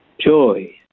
joy